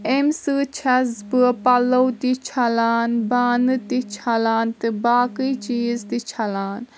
أمۍ سۭتۍ چھس بہٕ پلو تہِ چھلان بانہٕ تہِ چھلان تہٕ باقٕے چیٖز تہِ چھلان